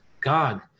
God